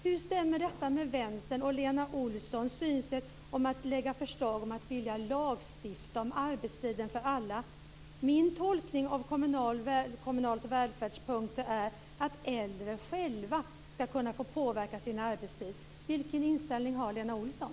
Hur stämmer detta med Vänsterns och Lena Olssons synsätt om att lägga fram ett förslag om att lagstifta om arbetstiden för alla? Min tolkning av Kommunals välfärdspunkter är att äldre själva ska kunna få påverka sin arbetstid. Vilken inställning har Lena Olsson?